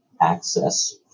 access